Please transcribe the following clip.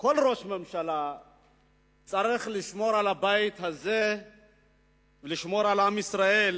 כל ראש ממשלה צריך לשמור על הבית הזה ולשמור על עם ישראל,